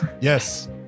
Yes